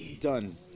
Done